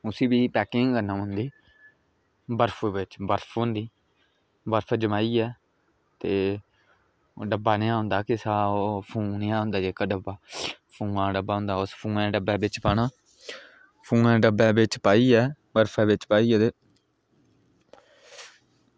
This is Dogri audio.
उसी भी पैकिंग करना पौंदी बर्फू बिच बर्फ होंदी बर्फ जमाइयै ते ओह् डब्बा नेहा होंदा ओह् फोम नेहा होंदा फोमै दा डब्बा होंदा उस फोमै दे डब्बै बिच पाना फोमै डब्बै पाइयै बर्फै दे डब्बेच पाइयै